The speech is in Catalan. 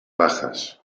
bajas